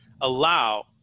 Allow